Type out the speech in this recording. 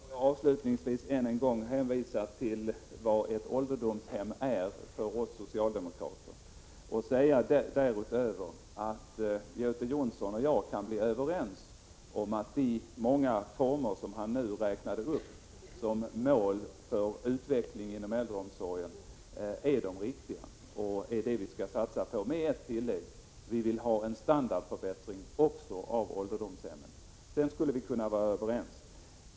Herr talman! Får jag avslutningsvis än en gång hänvisa till vad ett ålderdomshem är för oss socialdemokrater och säga därutöver att Göte Jonsson och jag kan bli överens om att de många former som han nu räknade upp som mål för utvecklingen inom äldreomsorgen är de riktiga. Det är detta vi skall satsa på — med ett tillägg: vi vill också ha en standardförbättring av ålderdomshemmen. Sedan skulle vi kunna vara överens.